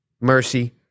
Mercy